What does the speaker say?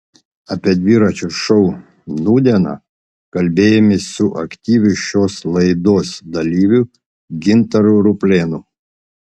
apie dviračio šou nūdieną kalbėjomės su aktyviu šios laidos dalyviu gintaru ruplėnu